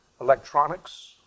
electronics